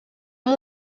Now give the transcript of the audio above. amb